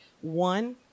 One